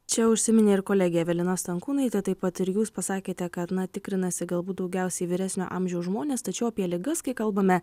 čia užsiminė ir kolegė evelina stankūnaitė taip pat ir jūs pasakėte kad na tikrinasi galbūt daugiausiai vyresnio amžiaus žmonės tačiau apie ligas kai kalbame